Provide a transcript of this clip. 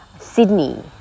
Sydney